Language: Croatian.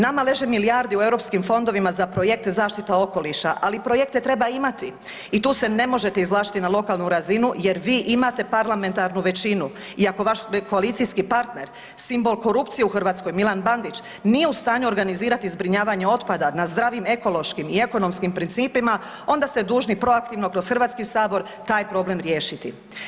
Nama leže milijarde u europskim fondovima za projekt Zaštita okoliša, ali projekte treba imati i tu se ne možete izvlačiti na lokalnu razinu jer vi imate parlamentarnu većinu i ako vaš koalicijski partner simbol korupcije u Hrvatskoj Milan Bandić nije u stanju organizirati zbrinjavanje otpada na zdravim ekološkim i ekonomskim principima onda ste dužni proaktivno kroz HS taj problem riješiti.